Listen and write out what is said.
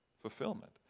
fulfillment